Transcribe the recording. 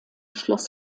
schloss